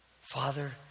Father